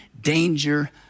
danger